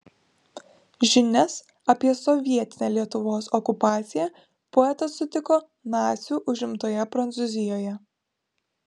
žinias apie sovietinę lietuvos okupaciją poetas sutiko nacių užimtoje prancūzijoje